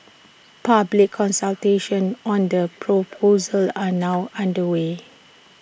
public consultations on the proposals are now underway